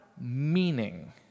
meaning